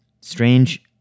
Strange